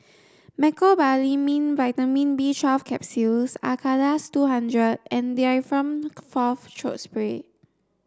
Mecobalamin Vitamin B twelfth Capsules Acardust two hundred and Difflam Forte Throat Spray